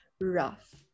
rough